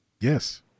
Yes